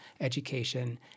education